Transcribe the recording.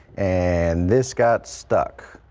and this got stuck.